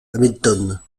hamilton